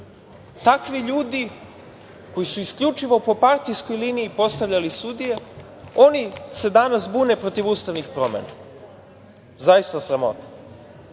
Takvi ljudi koji su isključivo po partijskoj liniji postavljali sudije, oni se danas bune protiv ustavnih promena. Zaista sramota. Ovo